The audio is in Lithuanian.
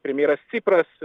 premjeras cipras